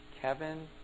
Kevin